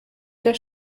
der